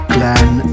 Glenn